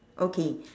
okay